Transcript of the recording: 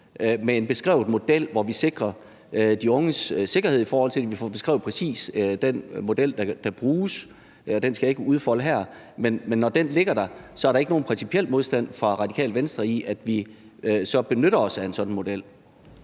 med en beskrevet model, hvor vi sikrer de unges sikkerhed, idet vi får beskrevet præcis den model, der kan bruges. Den skal jeg ikke udfolde her, men når den ligger der, er der så ikke nogen principiel modstand hos Radikale Venstre mod, at vi så benytter os af en sådan model?